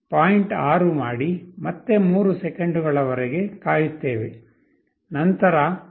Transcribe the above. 6 ಮಾಡಿ ಮತ್ತೆ 3 ಸೆಕೆಂಡುಗಳವರೆಗೆ ಕಾಯುತ್ತೇವೆ ನಂತರ 0